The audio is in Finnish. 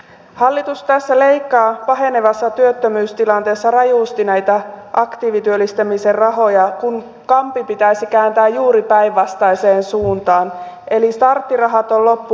hallitus tässä leikkaa pahenevassa työttömyystilanteessa rajusti näitä aktiivityöllistämisen rahoja kun kampi pitäisi kääntää juuri päinvastaiseen suuntaan eli starttirahat on loppu